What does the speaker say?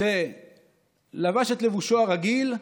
כשלבש את לבושו הרגיל,